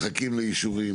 מחכים לאישורים